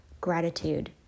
Gratitude